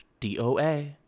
DOA